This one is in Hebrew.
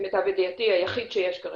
ולמיטב ידיעתי היחיד שיש כרגע.